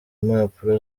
impapuro